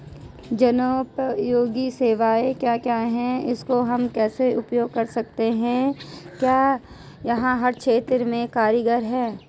जनोपयोगी सेवाएं क्या क्या हैं इसको हम कैसे उपयोग कर सकते हैं क्या यह हर क्षेत्र में कारगर है?